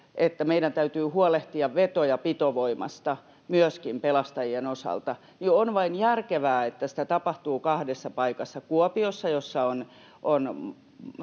että meidän täytyy huolehtia veto- ja pitovoimasta myöskin pelastajien osalta, niin on vain järkevää, että sitä tapahtuu kahdessa paikassa: Kuopiossa, jossa on